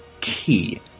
key